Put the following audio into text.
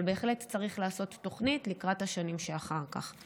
אבל בהחלט צריך לעשות תוכנית לקראת השנים שאחר כך.